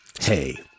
hey